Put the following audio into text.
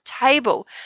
table